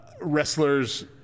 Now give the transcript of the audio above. wrestlers